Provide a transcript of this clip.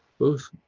both,